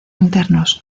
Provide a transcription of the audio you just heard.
internos